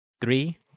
three